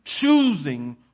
choosing